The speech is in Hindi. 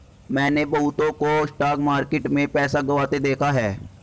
मैंने बहुतों को स्टॉक मार्केट में पैसा गंवाते देखा हैं